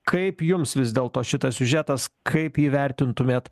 kaip jums vis dėlto šitas siužetas kaip įvertintumėt